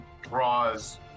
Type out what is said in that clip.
draws